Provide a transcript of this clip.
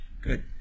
Good